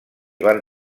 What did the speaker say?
van